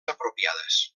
apropiades